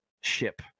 ship